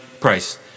price